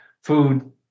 food